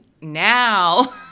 now